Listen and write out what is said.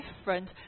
different